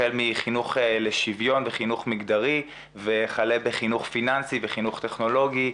החל מחינוך לשוויון וחינוך מגדרי וכלה בחינוך פיננסי ובחינוך טכנולוגי,